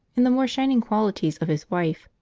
in the more shining qualities of his wife.